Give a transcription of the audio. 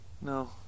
no